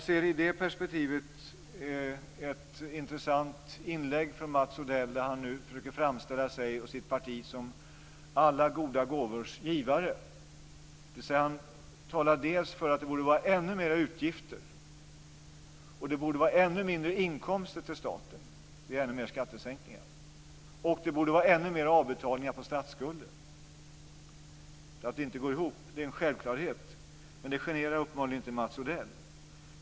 I det perspektivet är inlägget från Mats Odell intressant. Han försöker framställa sig och sitt parti som alla goda gåvors givare. Han talar för att det borde vara ännu mera utgifter och ännu mindre inkomster till staten via ännu större skattesänkningar. Det borde vara ännu mera avbetalningar på statsskulden. Att det inte går ihop är en självklarhet, men det generar uppenbarligen inte Mats Odell.